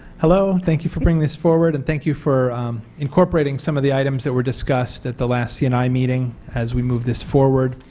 hello, thank you for bringing this forward and thank you for incorporating some of the items that were discussed at the last seat and i meeting as we move this forward.